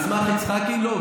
מסמך יצחקי, לא?